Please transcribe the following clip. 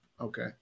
Okay